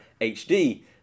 HD